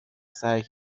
سعی